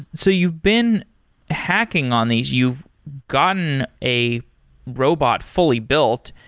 so you've been hacking on these. you've gotten a robot fully built.